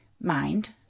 mind